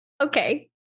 Okay